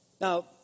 Now